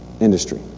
industry